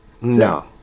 No